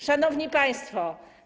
Szanowni Państwo!